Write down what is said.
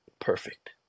Perfect